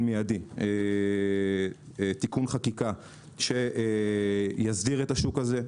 מידי תיקון חקיקה שיסדיר את השוק הזה,